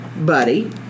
Buddy